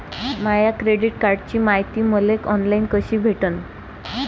माया credit कार्डची मायती मले ऑनलाईन कसी भेटन?